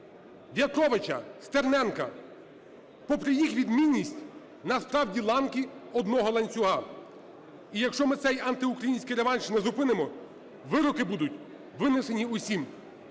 В'ятровича, Стерненка попри їх відмінність – насправді ланки одного ланцюга. І якщо ми цей український антиреванш не зупинимо, вироки будуть винесені усім.